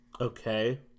Okay